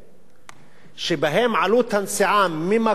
שבהם עלות הנסיעה ממקום המגורים